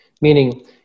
Meaning